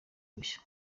bushya